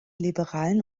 liberalen